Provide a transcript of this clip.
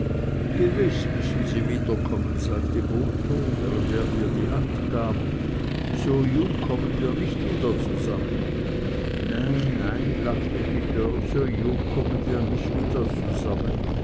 gewiß müssen sie wiederkommen sagte botho während er ihr die hand gab so jung kommen wir nicht wieder zusammen nein nein lachte die dörr so jung kommen wir nich wieder zusammen